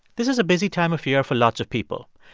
this is a busy time of year for lots of people.